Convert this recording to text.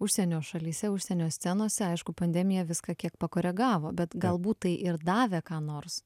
užsienio šalyse užsienio scenose aišku pandemija viską kiek pakoregavo bet galbūt tai ir davė ką nors